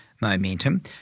momentum